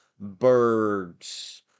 birds